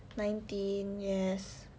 nineteen yes